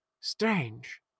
Strange